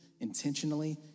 intentionally